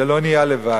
זה לא נהיה לבד.